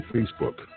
Facebook